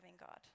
God